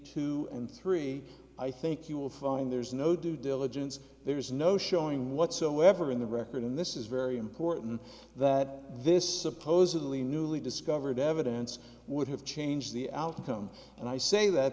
two and three i think you'll find there's no due diligence there's no showing whatsoever in the record and this is very important that this oppose it only newly discovered evidence would have changed the outcome and i say that